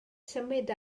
symud